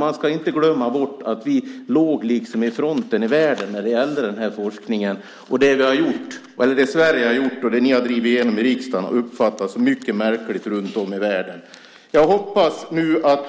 Man ska inte glömma bort att vi låg i fronten i världen när det gällde den här forskningen. Det Sverige har gjort och det ni har drivit igenom i riksdagen har uppfattats som mycket märkligt runt om i världen. Jag hoppas att du